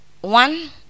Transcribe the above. one